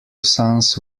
sons